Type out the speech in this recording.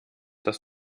das